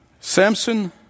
Samson